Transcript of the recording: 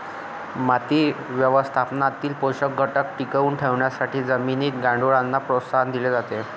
माती व्यवस्थापनातील पोषक घटक टिकवून ठेवण्यासाठी जमिनीत गांडुळांना प्रोत्साहन दिले पाहिजे